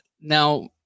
now